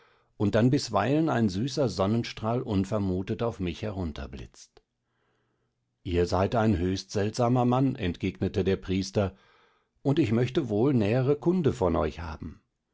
und dann bisweilen ein süßer sonnenstrahl unvermutet auf mich herunterblitzt ihr seid ein höchst seltsamer mann entgegnete der priester und ich möchte wohl nähere kunde von euch haben